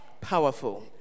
Powerful